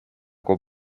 con